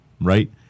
right